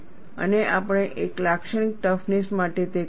અને આપણે એક લાક્ષણિક ટફનેસ માટે તે કરીશું